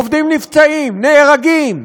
עובדים נפצעים, נהרגים,